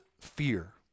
fear